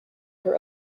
her